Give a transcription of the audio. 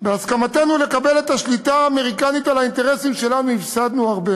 "בהסכמתנו לקבל את השליטה האמריקנית על האינטרסים שלנו הפסדנו הרבה